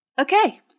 Okay